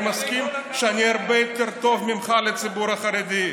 אני מסכים שאני הרבה יותר טוב ממך לציבור החרדי,